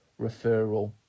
referral